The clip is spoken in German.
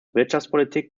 wirtschaftspolitik